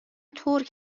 ترک